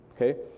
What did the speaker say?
Okay